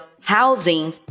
housing